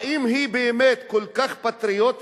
האם היא באמת כל כך פטריוטית?